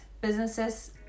businesses